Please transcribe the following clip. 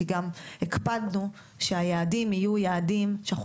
כי גם הקפדנו שהיעדים יהיו יעדים שאנחנו